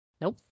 Nope